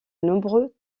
nombreux